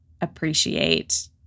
appreciate